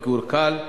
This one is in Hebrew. פיגור קל.